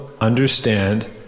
understand